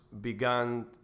began